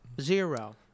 Zero